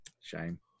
Shame